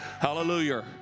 Hallelujah